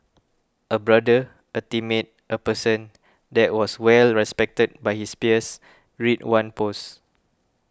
a brother a teammate a person that was well respected by his peers read one post